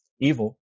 Evil